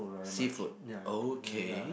seafood okay